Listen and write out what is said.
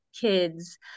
kids